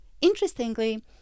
Interestingly